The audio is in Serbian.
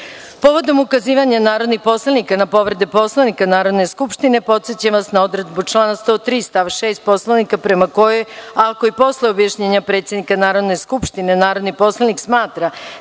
ukazivanja narodnih poslanika na povrede Poslovnika Narodne skupštine, podsećam vas na odredbu člana 103. stav 6. Poslovnika prema kojoj ako i posle objašnjenja predsednika Narodne skupštine narodni poslanik smatra